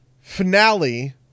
Finale